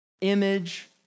image